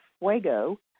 Fuego